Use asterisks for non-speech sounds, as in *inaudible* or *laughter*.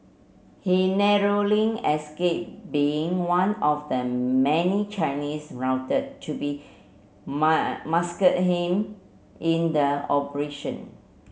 he narrowly escaped being one of the many Chinese rounded to be *unintelligible* massacred him in the operation